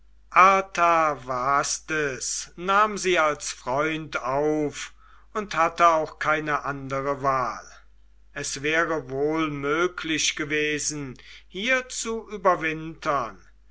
nahm sie als freund auf und hatte auch keine andere wahl es wäre wohl möglich gewesen hier zu überwintern